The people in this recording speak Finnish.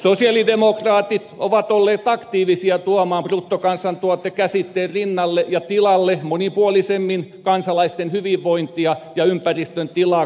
sosialidemokraatit ovat olleet aktiivisia tuomaan bruttokansantuotekäsitteen rinnalle ja tilalle monipuolisemmin kansalaisten hyvinvointia ja ympäristön tilaa kuvaavia mittareita